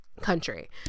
country